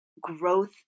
growth